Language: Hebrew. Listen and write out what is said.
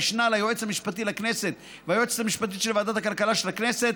המשנה ליועץ המשפטי לכנסת והיועצת המשפטית של ועדת הכלכלה של הכנסת,